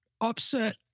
Upset